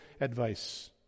advice